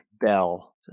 Bell